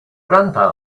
grandpa